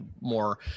more